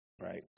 right